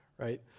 right